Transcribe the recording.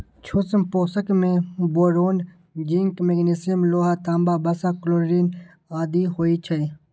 सूक्ष्म पोषक मे बोरोन, जिंक, मैगनीज, लोहा, तांबा, वसा, क्लोरिन आदि होइ छै